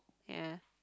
ya